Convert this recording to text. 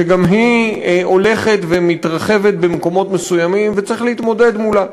שגם היא הולכת ומתרחבת במקומות מסוימים וצריך להתמודד מולה.